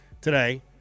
today